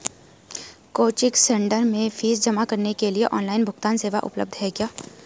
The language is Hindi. कोचिंग सेंटर में फीस जमा करने के लिए ऑनलाइन भुगतान सेवा उपलब्ध है क्या?